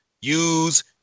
use